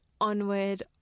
onward